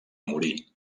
morir